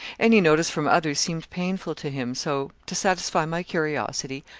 any notice from others seemed painful to him so to satisfy my curiosity,